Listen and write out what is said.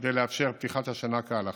וכדי לאפשר את פתיחת השנה כהלכה,